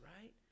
right